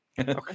Okay